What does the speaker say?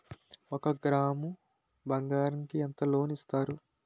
ఒక గ్రాము బంగారం కి ఎంత లోన్ ఇస్తారు?